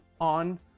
on